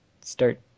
start